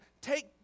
take